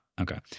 Okay